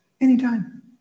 anytime